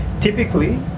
typically